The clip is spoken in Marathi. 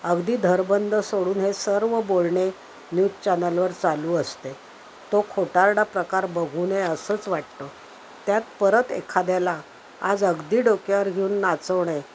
अगदी धरबंद सोडून हे सर्व बोलणे न्यूज चॅनलवर चालू असते तो खोटारडा प्रकार बघू नये असंच वाटतं त्यात परत एखाद्याला आज अगदी डोक्यावर घेऊन नाचवणे